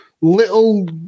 little